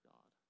God